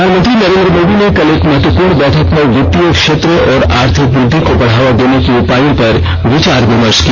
प्रधानमंत्री नरेन्द्र मोदी ने कल एक महत्वपूर्ण बैठक में वित्तीय क्षेत्र और आर्थिक वृद्धि को बढावा देने के उपायों पर विचार विमर्श किया